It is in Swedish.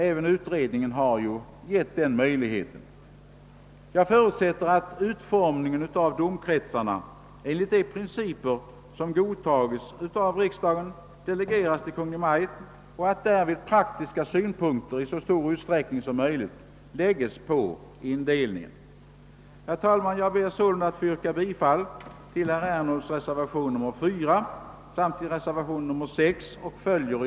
Även utredningen har ställt den möjligheten i utsikt. Jag förutsätter att utformningen av domkretsarna i enlighet med de principer som godtagits av riksdagen delegeras till Kungl. Maj:t och att praktiska synpunkter därvid i så stor utsträckning som möjligt lägges på indelningen. Herr talman! Jag ber att få yrka bifall till reservationen 4 av herr Ernulf samt till reservationen 6 av herr Alexanderson m.fl.